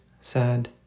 sad